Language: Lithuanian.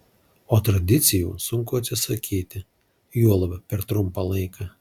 o tradicijų sunku atsisakyti juolab per trumpą laiką